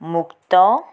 ମୁକ୍ତ